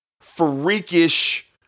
freakish